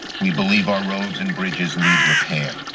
we believe our roads and bridges need repair.